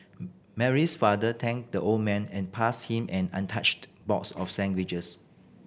Mary's father thanked the old man and passed him an untouched box of sandwiches